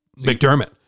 McDermott